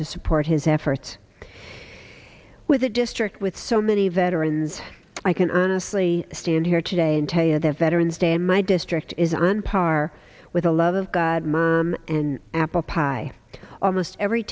to support his efforts with a district with so many veterans i can honestly stand here today and tell you that veteran's day in my district is on par with the love of god mom and apple pie almost every